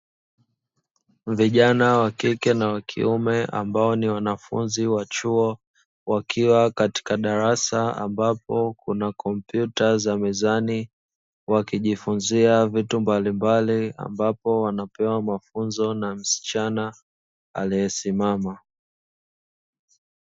Vijana wakike na wakiume ambao ni wanafunzi wa chuo, wakiwa katika darasa ambapo kuna kompyuta za mezani wakijifunzia vitu mbalimbali ambapo wanapewa mafunzo na msichana aliyesimama.